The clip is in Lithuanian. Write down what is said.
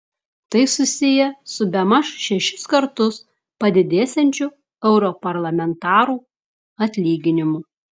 tai susiję su bemaž šešis kartus padidėsiančiu europarlamentarų atlyginimu